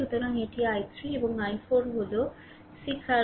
সুতরাং এটি i3 এবং i4 হল 6 r v1 v2